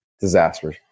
disaster